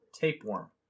tapeworm